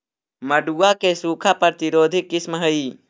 मड़ुआ के सूखा प्रतिरोधी किस्म हई?